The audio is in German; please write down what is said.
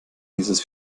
dieses